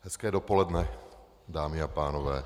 Hezké dopoledne, dámy a pánové.